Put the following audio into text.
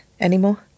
anymore